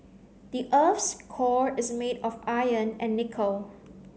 the earth's core is made of iron and nickel